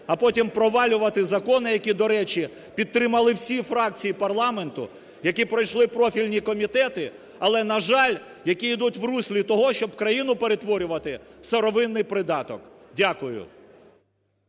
а потім провалювати закони, які, до речі, підтримали всі фракції парламенту, які пройшли профільні комітети, але, на жаль, які йдуть в руслі того, щоб країну перетворювати в сировинний придаток. Дякую.